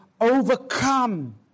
overcome